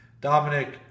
Dominic